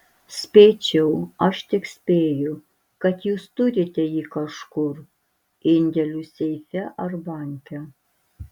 spėčiau aš tik spėju kad jūs turite jį kažkur indėlių seife ar banke